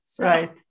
Right